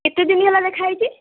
କେତେଦିନ ହେଲା ଦେଖାହେଇଛି